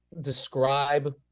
describe